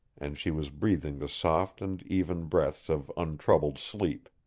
and she was breathing the soft and even breaths of untroubled sleep.